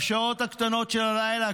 בשעות הקטנות של הלילה,